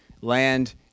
land